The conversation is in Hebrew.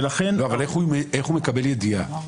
איך הוא מקבל ידיעה?